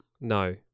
No